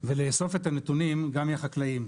ולאסוף את הנתונים גם מהחקלאים.